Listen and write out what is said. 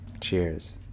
Cheers